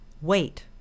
wait